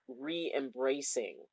re-embracing